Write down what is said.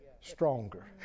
stronger